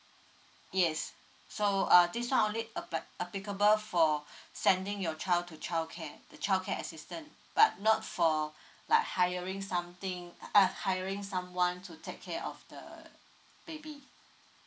yes so uh this one only applied applicable for sending your child to childcare childcare assistant but not for like hiring something uh hiring someone to take care of the baby